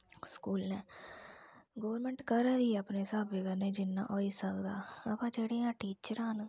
स्कूलें गोरमैंट करा दी ऐ अपने स्हाबे कन्नै जिन्ना होई सकदा हां बा जेह्ड़ियां टीचरां न